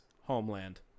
homeland